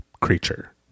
creature